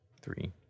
three